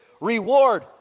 reward